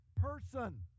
person